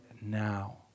now